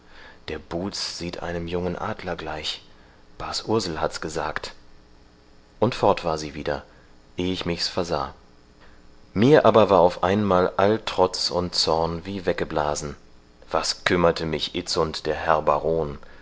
der buhz sieht einem jungen adler gleich bas ursel hat's gesagt und fort war sie wieder eh ich mich's versah mir aber war auf einmal all trotz und zorn wie weggeblasen was kümmerte mich itzund der herr baron